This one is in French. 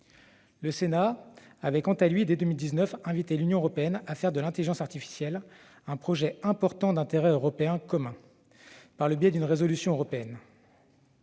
Le Sénat avait, quant à lui, dès 2019, invité l'Union à faire de l'intelligence artificielle un projet important d'intérêt européen commun (PIIEC), par le biais d'une résolution européenne.